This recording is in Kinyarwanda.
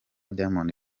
diamond